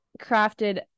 crafted